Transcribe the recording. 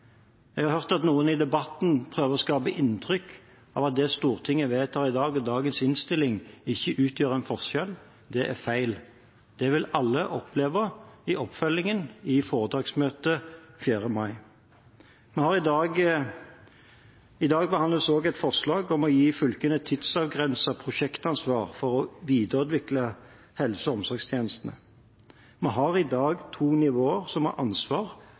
Jeg har hørt at noen i debatten prøver å skape inntrykk av at det Stortinget vedtar i dag, og dagens innstilling ikke utgjør en forskjell. Det er feil. Det vil alle oppleve i oppfølgingen i foretaksmøtet 4. mai. I dag behandles også et forslag om å gi fylkene et tidsavgrenset prosjektansvar for å videreutvikle helse- og omsorgstjenestene. Vi har i dag to nivåer som har ansvar